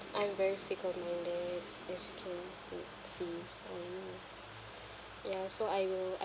I am very sick of monday ya so I will